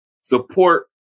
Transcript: support